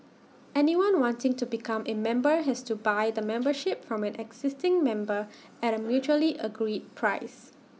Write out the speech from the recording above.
anyone wanting to become A member has to buy the membership from an existing member at A mutually agreed price